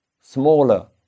smaller